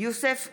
יוסף ג'בארין,